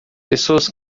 pessoas